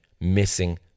missing